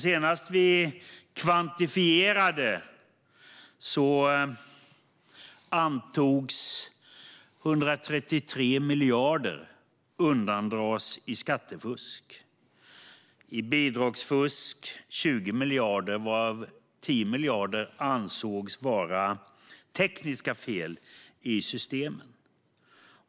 Senast vi kvantifierade antogs 133 miljarder undandras i skattefusk. Vidare var det 20 miljarder i bidragsfusk, varav 10 miljarder ansågs vara tekniska fel i systemen.